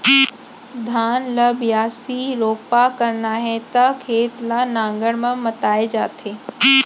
धान ल बियासी, रोपा करना हे त खेत ल नांगर म मताए जाथे